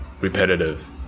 repetitive